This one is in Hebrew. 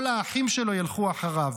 כל האחים שלו ילכו אחריו.